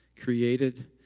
created